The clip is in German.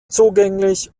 zugänglich